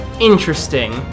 interesting